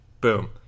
Boom